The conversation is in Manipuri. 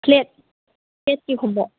ꯐ꯭ꯂꯦꯠ ꯐ꯭ꯂꯦꯠꯀꯤ ꯈꯣꯡꯎꯞ